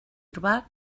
urbà